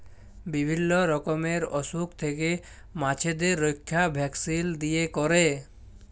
বিভিল্য রকমের অসুখ থেক্যে মাছদের রক্ষা ভ্যাকসিল দিয়ে ক্যরে